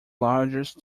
largest